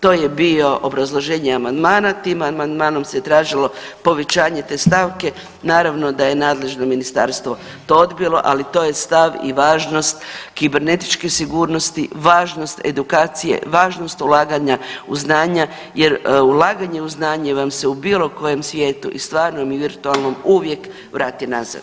To je bio obrazloženje amandmana, tim amandmanom se tražilo povećanje te stavke, naravno da je nadležno ministarstvo to odbilo, ali to je stav i važnost kibernetičke sigurnost, važnost edukacije, važnost ulaganja u znanja jer ulaganje u znanje vam se u bilo kojem svijetu i stvarnom i virtualnom uvijek vrati nazad.